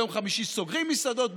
ביום חמישי סוגרים מסעדות,